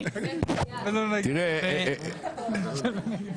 אנחנו נסגור את זה בהמשך לא כאן,